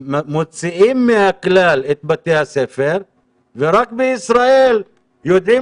מוציאים מהכלל את בתי הספר ורק בישראל יודעים